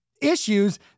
issues